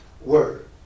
word